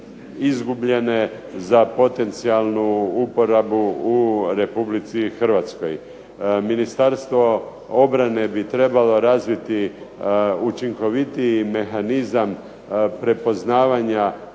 izgubljene za potencijalnu uporabu u RH. Ministarstvo obrane bi trebalo razviti učinkovitiji mehanizam prepoznavanja